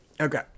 Okay